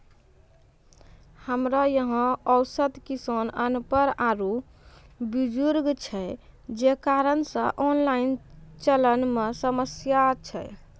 हमरा यहाँ औसत किसान अनपढ़ आरु बुजुर्ग छै जे कारण से ऑनलाइन चलन मे समस्या छै?